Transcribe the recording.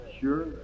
Sure